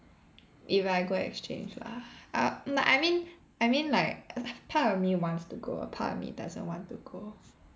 if I go exchange lah ah like I mean I mean like p~ part of me wants to go a part of me doesn't want to go